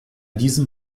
diesem